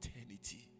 eternity